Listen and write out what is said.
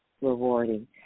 rewarding